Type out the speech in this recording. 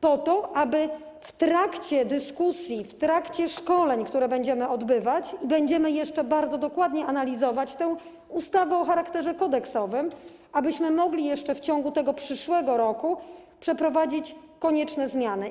po to, abyśmy w trakcie dyskusji, w trakcie szkoleń, które będziemy odbywać - będziemy jeszcze bardzo dokładnie analizować tę ustawę o charakterze kodeksowym - mogli jeszcze w ciągu tego przyszłego roku przeprowadzić konieczne zmiany.